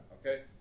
Okay